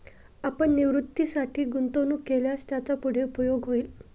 आपण निवृत्तीसाठी गुंतवणूक केल्यास त्याचा पुढे उपयोग होईल